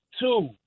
two